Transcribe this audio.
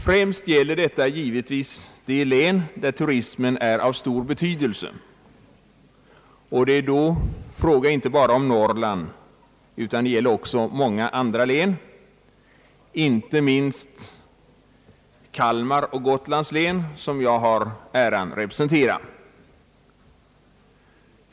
Främst gäller detta givetvis de län där turismen är av stor betydelse, och då är det fråga om inte bara norrlandslänen utan också om många andra län, inte minst Kalmar län och Gotlands län som jag har äran representera.